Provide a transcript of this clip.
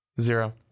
Zero